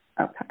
Okay